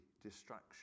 Distraction